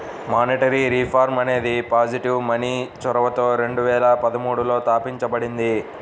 monetary reform అనేది positive money చొరవతో రెండు వేల పదమూడులో తాపించబడింది